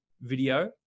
video